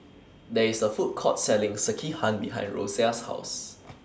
There IS A Food Court Selling Sekihan behind Rosia's House